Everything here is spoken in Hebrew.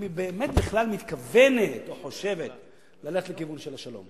אם באמת היא בכלל מתכוונת או חושבת לכיוון של השלום.